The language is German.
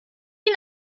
ihn